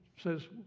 says